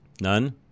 None